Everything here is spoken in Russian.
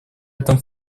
этом